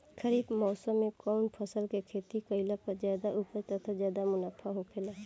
खरीफ़ मौसम में कउन फसल के खेती कइला पर ज्यादा उपज तथा ज्यादा मुनाफा होखेला?